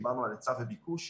דיברנו על היצע וביקוש,